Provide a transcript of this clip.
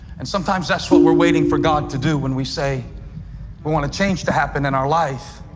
and sometimes that's what we're waiting for god to do when we say we want change to happen in our lives.